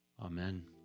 Amen